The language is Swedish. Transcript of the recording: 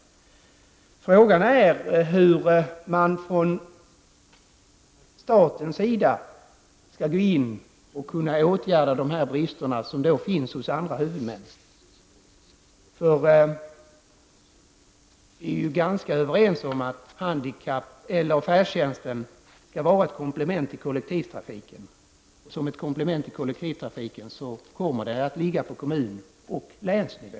Frågan är hur man från statens sida skall kunna gå in och åtgärda dessa brister som alltså finns hos andra huvudmän. Vi är ju ganska överens om att färdtjänsten skall vara ett komplement till kollektivtrafiken, och som ett komplement till kollektivtrafiken kommer färdtjänsten att ligga på kommunal nivå och länsnivå.